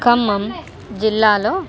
ఖమ్మం జిల్లాలో